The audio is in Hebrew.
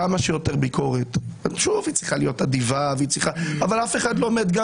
כמה שיותר ביקורת היא צריכה להיות אדיבה אבל אף אחד לא מת גם